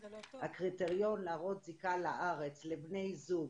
הקריטריון להראות זיקה לארץ לבני זוג